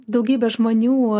daugybė žmonių